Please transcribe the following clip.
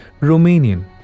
Romanian